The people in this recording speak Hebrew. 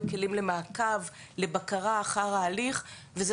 כלים למעקב לבקרה אחר ההליך; וכאשר זה נעשה ידנית,